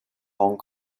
hong